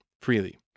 freely